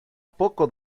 poco